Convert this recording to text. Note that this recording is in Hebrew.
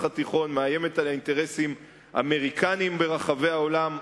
התיכון ומאיימת על אינטרסים אמריקניים ברחבי העולם.